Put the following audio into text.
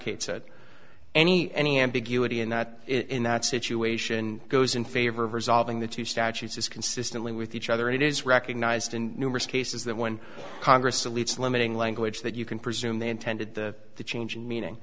bifurcates that any any ambiguity in that in that situation goes in favor of resolving the two statutes is consistently with each other and it is recognized in numerous cases that when congress leaves limiting language that you can presume they intended the change in meaning